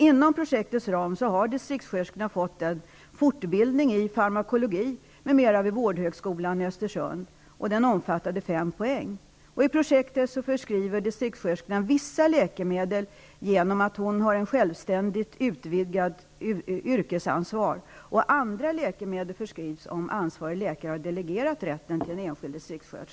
Inom projektets ram har distriktssköterskorna fått fortbilding i farmakologi m.m. vid vårdhögskolan i Östersund. I projektet förskriver distriktssköterskorna vissa läkemedel på grund av att de fått ett utvidgat självständigt yrkesansvar. Andra läkemedel kan distrikssköterskan förskriva om den ansvarige läkaren har delegerat den rätten till henne.